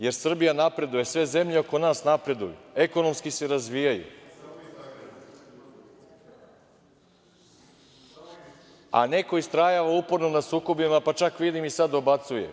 Jer, Srbija napreduje, sve zemlje oko nas napreduju, ekonomski se razvijaju, a neko istrajava uporno na sukobima, pa čak, vidim, i sad dobacuje.